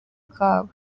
kabo